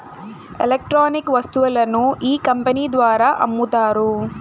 electronic వస్తువులను ఈ company ద్వారా అమ్ముతారు